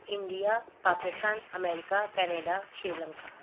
India Pakistan America Canada Sri Lanka